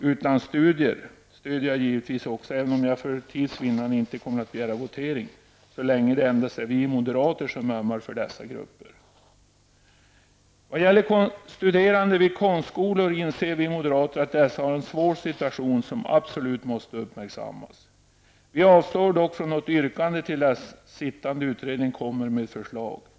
utlandsstudier stöder jag givetvis också, även om jag för tids vinnande inte kommer att begära votering så länge det endast är vi moderater som ömmar för dessa grupper. Vi moderater inser att de studerande vid konstskolor har en svår situation som absolut måste uppmärksammas. Vi avstår dock från något yrkande till dess sittande utredning kommer med förslag.